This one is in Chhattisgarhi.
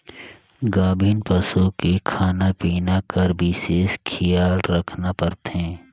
गाभिन पसू के खाना पिना कर बिसेस खियाल रखना परथे